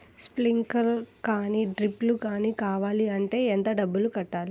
Sprinkler కానీ డ్రిప్లు కాని కావాలి అంటే ఎంత డబ్బులు కట్టాలి?